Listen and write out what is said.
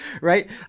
right